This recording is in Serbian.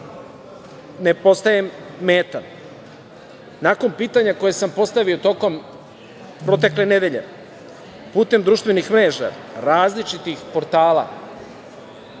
ne postajem meta? Nakon pitanja koje sam postavio tokom protekle nedelje putem društvenih mreža, različitih portala